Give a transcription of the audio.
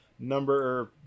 number